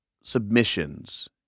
submissions